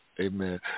Amen